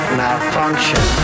malfunction